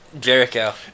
Jericho